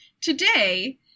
today